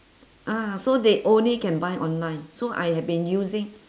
ah so they only can buy online so I had been using